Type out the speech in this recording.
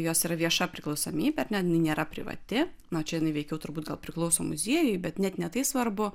jos yra vieša priklausomybė jinai nėra privati na čia veikiau turbūt gal priklauso muziejui bet net ne tai svarbu